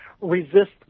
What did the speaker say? Resist